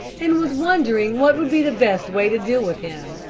and was wondering what would be the best way to deal with him,